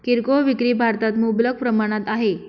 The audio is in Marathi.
किरकोळ विक्री भारतात मुबलक प्रमाणात आहे